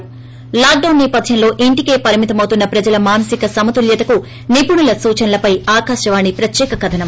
ి లాక్డౌన్ నేపథ్యంలో ఇంటికే పరిమితమవుతున్న ప్రజల మానసిక సమతూల్యతకు నిపుణుల సూచనలపై ఆకాశవాణి ప్రత్యేక కథనం